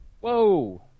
Whoa